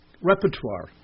repertoire